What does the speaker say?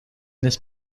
this